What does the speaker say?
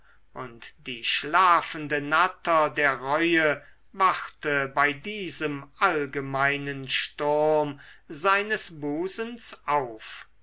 und die schlafende natter der reue wachte bei diesem allgemeinen sturm seines busens auf